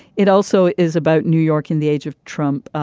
it also is about new york in the age of trump.